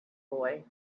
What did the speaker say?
boy